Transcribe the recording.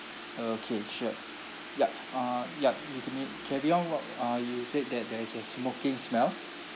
okay sure yup uh yup carry on what uh you said that there is a smoking smell